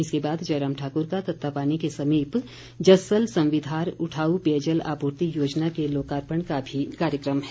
इसके बाद जयराम ठाक्र का तत्तापानी के समीप जस्सल संवीधार उठाऊ पेयजल आपूर्ति योजना के लोकार्पण का भी कार्यक्रम है